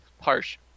harsh